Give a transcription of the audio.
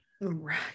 Right